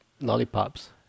lollipops